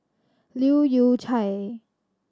Leu Yew Chye